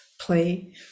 play